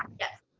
yes.